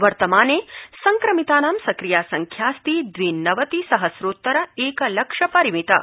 वर्तमाने संक्रमितानां सक्रिया संख्यास्ति द्वि नवति सहस्रोत्तर एकलक्ष परिमिता